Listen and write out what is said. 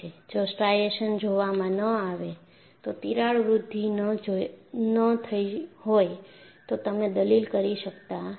જો સ્ટ્રાઇશન્સ જોવામાં ન આવે તો તિરાડ વૃદ્ધિ ન થઈ હોય તો તમે દલીલ કરી શકતા નથી